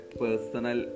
personal